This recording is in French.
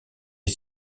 est